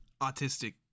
autistic